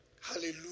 Hallelujah